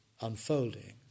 unfolding